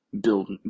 build